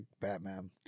Batman